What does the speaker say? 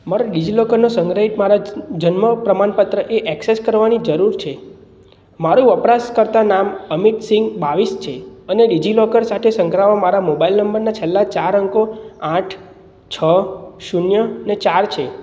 મારે ડિજિલોકરમાં સંગ્રહિત મારા જન્મ પ્રમાણપત્રને ઍક્સેસ કરવાની જરૂર છે મારું વપરાશકર્તા નામ અમિત સિંઘ બાવીસ છે અને ડિજિલોકર સાથે સંકળાયેલા મારા મોબાઇલ નંબરના છેલ્લા ચાર અંકો આઠ છ શૂન્ય ચાર છે